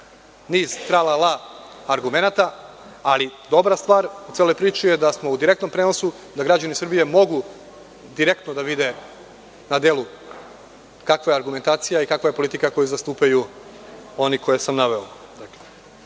niz tra-la-la argumenata, ali dobra stvar u celoj priči je da smo u direktnom prenosu, da građani Srbije mogu direktno da vide na delu kakva je argumentacija i kakva je politika a koju zastupaju oni koje sam naveo. Još